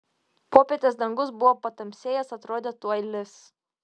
popietės dangus buvo patamsėjęs atrodė tuoj lis